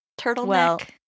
turtleneck